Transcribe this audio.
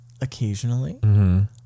occasionally